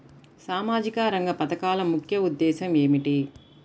సామాజిక రంగ పథకాల ముఖ్య ఉద్దేశం ఏమిటీ?